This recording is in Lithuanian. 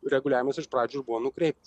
reguliavimas iš pradžių ir buvo nukreiptas